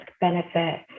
benefit